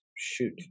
shoot